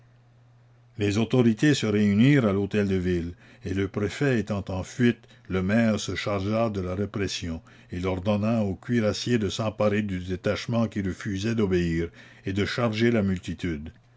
les autorités se réunirent à l'hôtel-de-ville et le préfet étant en fuite le maire se chargea de la répression il ordonna aux cuirassiers de s'emparer du détachement qui refusait d'obéir et de charger la multitude